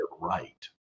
right